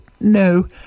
no